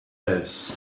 lives